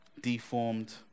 deformed